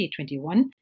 2021